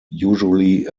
usually